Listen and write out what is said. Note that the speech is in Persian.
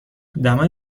دمای